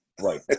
right